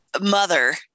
mother